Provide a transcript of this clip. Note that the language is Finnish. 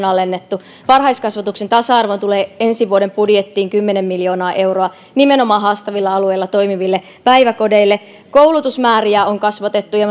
alennettu varhaiskasvatuksen tasa arvoon tulee ensi vuoden budjettiin kymmenen miljoonaa euroa nimenomaan haastavilla alueilla toimiville päiväkodeille koulutusmääriä on kasvatettu ja